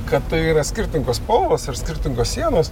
kad tai yra skirtingos spalvos ir skirtingos sienos